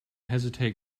hesitate